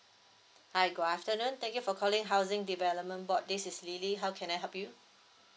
hi good afternoon thank you for calling housing development board this is lily how can I help you